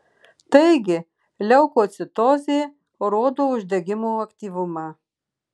taigi leukocitozė rodo uždegimo aktyvumą